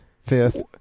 Fifth